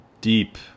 deep